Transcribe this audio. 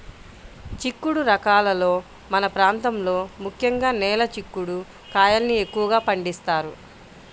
చిక్కుడు రకాలలో మన ప్రాంతంలో ముఖ్యంగా నేల చిక్కుడు కాయల్ని ఎక్కువగా పండిస్తారు